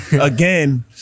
again